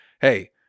Hey